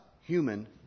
human